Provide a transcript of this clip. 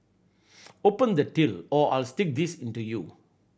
open the till or I'll stick this into you